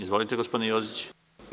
Izvolite, gospodine Joziću.